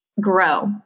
grow